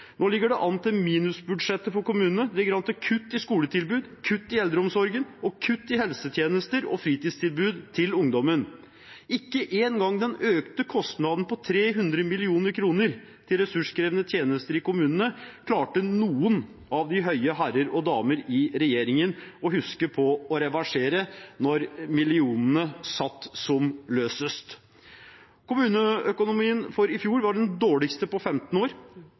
Nå ligger det an til minusbudsjetter for kommunene, det ligger an til kutt i skoletilbud, kutt i eldreomsorgen og kutt i helsetjenester og fritidstilbud til ungdommen. Ikke engang den økte kostnaden på 300 mill. kr til ressurskrevende tjenester i kommunene klarte noen av de høye herrer og damer i regjeringen å huske på å reversere da millionene satt som løsest. Kommuneøkonomien for i fjor var den dårligste på 15 år.